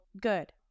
good